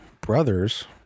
brothers